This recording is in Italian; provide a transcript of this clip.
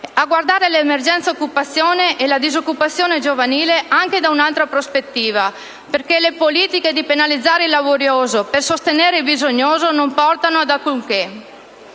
a guardare l'emergenza occupazione e la disoccupazione giovanile anche da un'altra prospettiva, perché le politiche di penalizzare il laborioso per sostenere il bisognoso non portano ad alcunché.